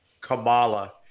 Kamala